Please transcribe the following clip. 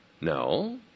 No